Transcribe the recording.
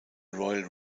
royal